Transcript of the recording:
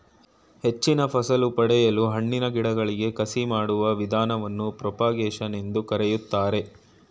ಹೆಚ್ಚಿನ ಫಸಲು ಪಡೆಯಲು ಹಣ್ಣಿನ ಗಿಡಗಳಿಗೆ ಕಸಿ ಮಾಡುವ ವಿಧಾನವನ್ನು ಪ್ರೋಪಾಗೇಶನ್ ಎಂದು ಕರಿತಾರೆ